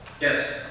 yes